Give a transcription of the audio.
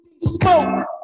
smoke